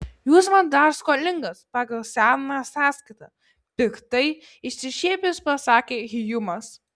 jūs man dar skolingas pagal seną sąskaitą piktai išsišiepęs pasakė hjumas